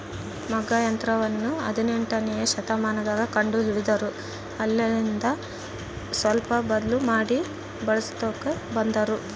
ಮಗ್ಗ ಯಂತ್ರವನ್ನ ಹದಿನೆಂಟನೆಯ ಶತಮಾನದಗ ಕಂಡು ಹಿಡಿದರು ಅಲ್ಲೆಲಿಂದ ಸ್ವಲ್ಪ ಬದ್ಲು ಮಾಡಿ ಬಳಿಸ್ಕೊಂತ ಬಂದಾರ